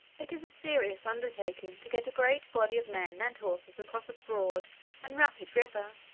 it is a serious undertaking to get a great body of men and horses across a broad and rapid river,